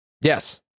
Yes